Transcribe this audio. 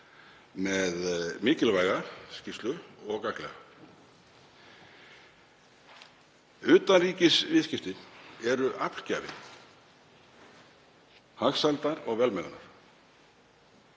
með mikilvæga skýrslu og gagnlega. Utanríkisviðskipti eru aflgjafi hagsældar og velmegunar.